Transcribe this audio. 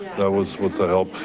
that was with the help,